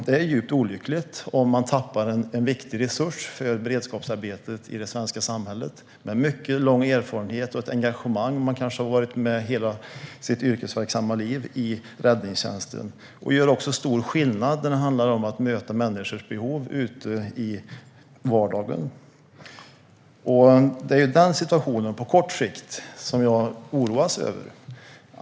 Det är djupt olyckligt om det svenska samhället tappar en viktig resurs för beredskapsarbetet med mycket lång erfarenhet och engagemang. Man har kanske varit med i räddningstjänsten under hela sitt yrkesverksamma liv och gör stor skillnad när det handlar om att möta människors behov ute i vardagen. Det är denna situation på kort sikt som jag oroar mig över.